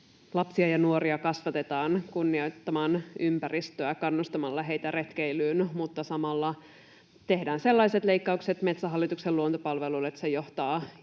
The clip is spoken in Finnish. lapsia ja nuoria kasvatetaan kunnioittamaan ympäristöä kannustamalla heitä retkeilyyn, mutta samalla tehdään sellaiset leikkaukset Metsähallituksen luontopalveluille, että se johtaa